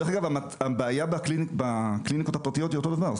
דרך אגב, הבעיה בקליניקות הפרטיות היא אותו דבר.